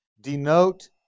denote